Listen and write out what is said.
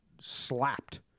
slapped